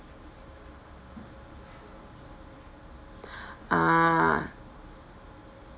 ah